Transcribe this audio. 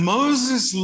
Moses